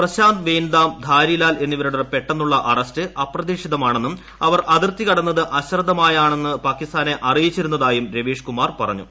പ്രശാന്ത് വെയിൻദാം ധാരിലാൽ എന്നിവരുടെ പെട്ടെന്നുള്ള അറസ്റ്റ് അപ്രതീക്ഷിതമെന്നും അവർ അതിർത്തി കടന്നത് അശ്രദ്ധമായാണെന്ന് പാകിസ്ഥാനെ അറിയിച്ചിരുന്നതായും രവീഷ് കുമാർ പറഞ്ഞു